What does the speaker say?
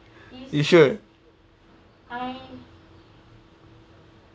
you sure